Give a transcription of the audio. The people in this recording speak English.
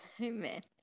Amen